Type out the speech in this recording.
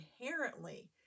inherently